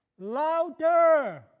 louder